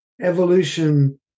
evolution